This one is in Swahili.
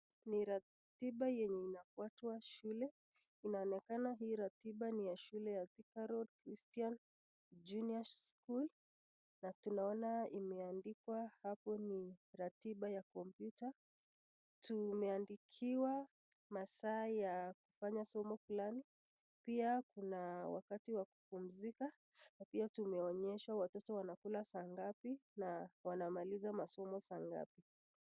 Ni ratiba yenye inafuatwa shule, inaonekana hii ratiba ni ya Thika Road Christian Junior School na tunaona imeandikwa hapo ni ratiba ya kompyuta. Tumeandikiwa masaa ya kufanya somo fulani pia kuna wakati wa kupumzika na pia tumeonyeshwa watoto wanakula saa ngapi na wanamaliza masomo saa ngapi.